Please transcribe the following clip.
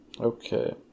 Okay